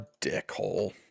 dickhole